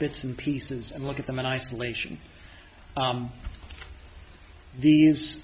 bits and pieces and look at them in isolation these